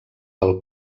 del